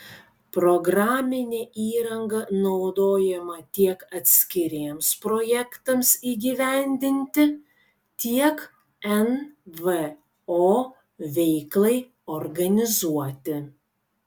programinė įranga naudojama tiek atskiriems projektams įgyvendinti tiek nvo veiklai organizuoti